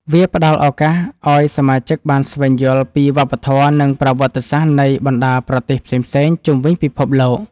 វាផ្ដល់ឱកាសឱ្យសមាជិកបានស្វែងយល់ពីវប្បធម៌ និងប្រវត្តិសាស្ត្រនៃបណ្ដាប្រទេសផ្សេងៗជុំវិញពិភពលោក។